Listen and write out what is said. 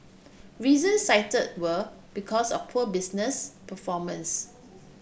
reasons cited were because of poor business performance